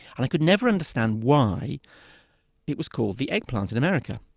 i could never understand why it was called the eggplant in america.